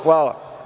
Hvala.